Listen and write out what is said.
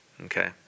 Okay